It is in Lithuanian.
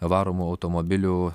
varomų automobilių